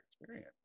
experience